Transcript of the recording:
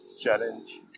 challenge